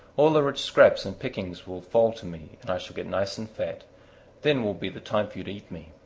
all the rich scraps and pickings will fall to me and i shall get nice and fat then will be the time for you to eat me.